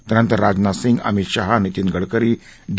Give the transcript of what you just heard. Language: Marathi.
त्यानंतर राजनाथ सिंग अमित शहा नितीन गडकरी डी